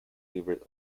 weavers